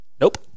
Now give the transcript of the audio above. nope